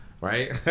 right